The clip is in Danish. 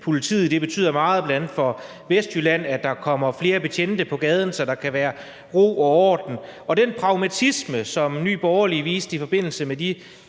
politiet. Det betyder meget for bl.a. Vestjylland, at der kommer flere betjente på gaden, så der kan være ro og orden. Hvad angår den pragmatisme, som Nye Borgerlige viste i forbindelse med de